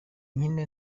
nkine